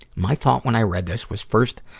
my thought what i read this was, first,